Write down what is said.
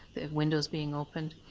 windows being opened,